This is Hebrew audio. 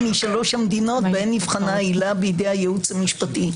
משלוש המדינות בהן נבחנה העילה בידי הייעוץ המשפטי,